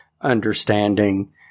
understanding